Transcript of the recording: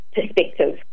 perspective